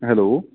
hello